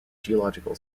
geological